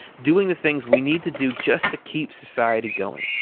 doing the things we need to do just to keep society going.